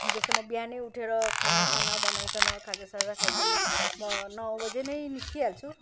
जस्तै म बिहानै उठेर खाना साना बनाइकन खाजा साजा खाइकन म नौ बजी नै निस्किहाल्छु